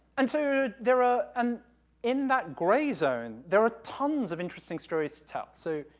and, so, there are, and in that gray zone, there are tons of interesting stories to tell. so,